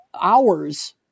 hours